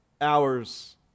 hours